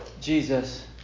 Jesus